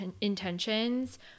intentions